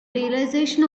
realization